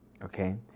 Okay